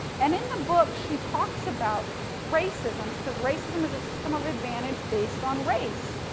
and, in the book, she talks about racism. she says racism is a system of advantage based on race.